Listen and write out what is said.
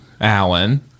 Alan